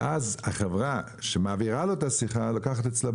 אז החברה שמעבירה לו את השיחה גובה ממנו סכום,